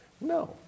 No